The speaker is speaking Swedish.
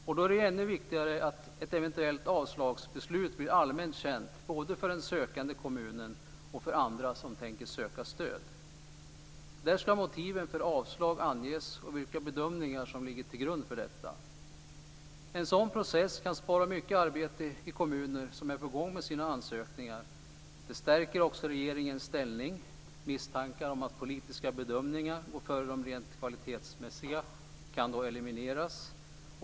Det är därför ännu viktigare att ett eventuellt avslagsbeslut blir allmänt känt både för den sökande kommunen och för andra, som tänker söka stöd. Motiven för avslaget ska anges, och vilka bedömningar som ligger till grund för detta. En sådan process kan spara mycket arbete i kommuner som är på gång med sina ansökningar. Den stärker också regeringens ställning. Misstankar om att politiska bedömningar går före de rent kvalitetsmässiga kan elimineras.